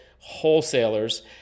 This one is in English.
wholesalers